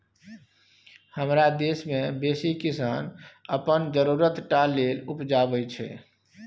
हमरा देश मे बेसी किसान अपन जरुरत टा लेल उपजाबै छै